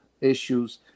issues